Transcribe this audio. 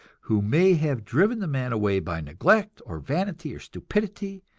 who may have driven the man away by neglect or vanity or stupidity,